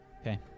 Okay